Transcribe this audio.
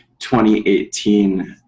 2018